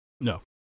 No